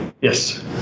Yes